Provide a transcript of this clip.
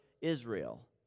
Israel